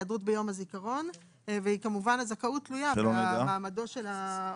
היעדרות ביום הזיכרון כאשר כמובן הזכאות תלויה במעמדו של העובד.